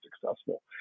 successful